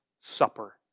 Supper